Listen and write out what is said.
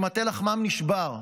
שמטה לחמם נשבר.